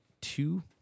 two